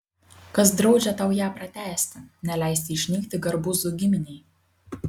kas draudžia tau ją pratęsti neleisti išnykti garbuzų giminei